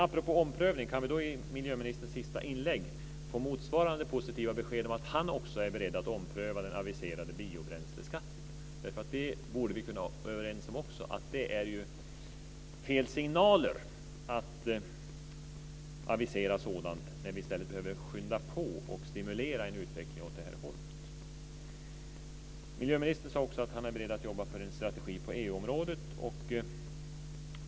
Apropå omprövning: Kan vi i miljöministerns sista inlägg få motsvarande positiva besked om att miljöministern också är beredd att ompröva den aviserade biobränsleskatten? Vi borde kunna vara överens om att det är fel signaler att avisera sådant när vi i stället behöver skynda på och stimulera en utveckling åt det här hållet. Miljöministern sade också att han är beredd att jobba för en strategi på EU-området.